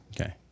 Okay